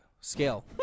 scale